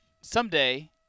someday